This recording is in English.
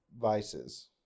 vices